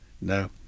No